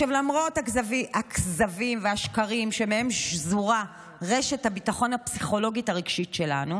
למרות הכזבים והשקרים שמהם שזורה רשת הביטחון הפסיכולוגית הרגשית שלנו,